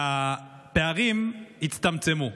והפערים יצטמצמו.